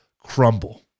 crumble